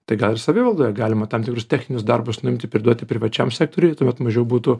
tai gal ir savivaldoje galima tam tikrus techninius darbus nuimti perduoti privačiam sektoriui tuomet mažiau būtų